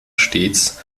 stets